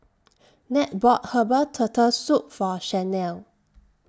Nat bought Herbal Turtle Soup For Shanae